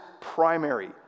primary